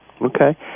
Okay